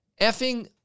effing